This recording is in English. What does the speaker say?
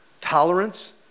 Tolerance